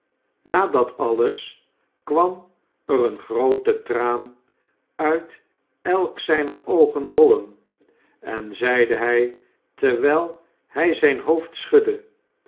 dat alles kwam er een groote traan uit elk zijner oogen rollen en zeide hij terwijl hij zijn hoofd schudde